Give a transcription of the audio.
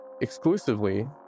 exclusively